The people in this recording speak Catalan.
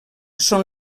són